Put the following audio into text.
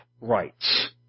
rights